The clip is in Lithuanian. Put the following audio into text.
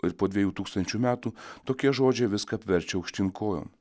ir po dviejų tūkstančių metų tokie žodžiai viską apverčia aukštyn kojom